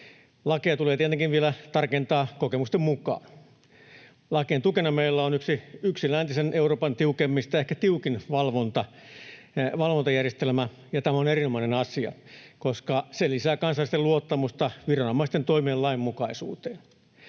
Lakeja tulee tietenkin vielä tarkentaa kokemusten mukaan. Lakien tukena meillä on yksi läntisen Euroopan tiukimmista valvontajärjestelmistä, ehkä tiukin, ja tämä on erinomainen asia, koska se lisää kansalaisten luottamusta viranomaisten toiminnan lainmukaisuuteen.